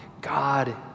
God